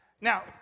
Now